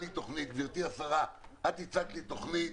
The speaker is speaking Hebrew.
גברתי השרה, את הצגת לי תוכנית